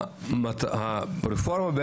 הרפורמה,